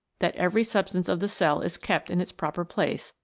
that every substance of the cell is kept in its proper place,